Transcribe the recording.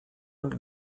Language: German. und